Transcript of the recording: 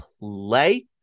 play